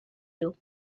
you